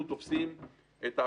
זה החזון ששמנו לנו,